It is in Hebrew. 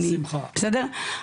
בסדר?